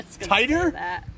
Tighter